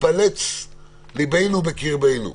מתפלץ לבנו בקרבנו.